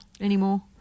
anymore